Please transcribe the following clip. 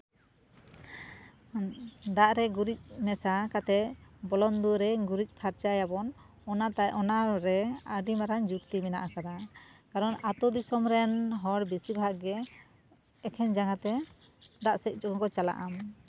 ᱫᱟᱜ ᱨᱮ ᱜᱩᱨᱤᱡ ᱢᱮᱥᱟ ᱠᱟᱛᱮ ᱵᱚᱞᱚᱱ ᱫᱩᱣᱟᱹᱨ ᱨᱮ ᱜᱩᱨᱤᱡ ᱯᱷᱟᱨᱪᱟ ᱭᱟᱵᱚᱱ ᱚᱱᱟ ᱛᱟᱭ ᱚᱱᱟᱨᱮ ᱟᱹᱰᱤ ᱢᱟᱨᱟᱝ ᱡᱩᱠᱛᱤ ᱢᱮᱱᱟᱜ ᱟᱠᱟᱫᱟ ᱠᱟᱨᱚᱱ ᱟᱛᱳ ᱫᱤᱥᱚᱢᱨᱮᱱ ᱦᱚᱲ ᱵᱤᱥᱤᱨ ᱵᱷᱟᱜᱽ ᱜᱮ ᱮᱠᱷᱮᱱ ᱡᱟᱸᱜᱟᱛᱮ ᱫᱟᱜ ᱥᱮᱡ ᱡᱚᱝ ᱠᱚ ᱪᱟᱞᱟᱜᱼᱟ